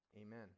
amen